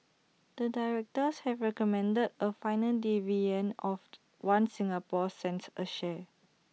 the directors have recommended A final dividend of One Singapore cents A share